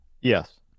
Yes